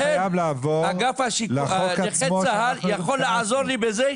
אמרו לי שאגף השיקום נכי צה"ל יכול לעזור לי בזה,